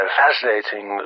fascinating